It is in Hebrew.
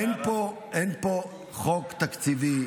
אין פה, אין פה, חוק תקציבי.